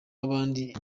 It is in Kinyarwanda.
w’abandi